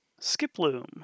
Skiploom